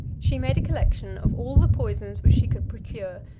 she made a collection of all the poisons which she could procure,